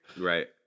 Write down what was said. Right